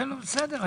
בסדר.